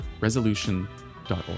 resolution.org